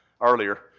earlier